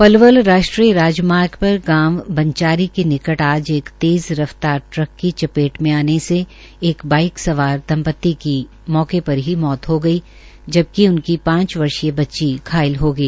पलवल राष्ट्रीय राजमार्ग पर गांव बंचारी के निकट आज एक तेज़ रफ्तार ट्रक की चपेट में आने से एक बाइक सवार दंपति की मौके पर ही मौत हो गई जबकि पांच वर्षीय बच्ची घायल हो गई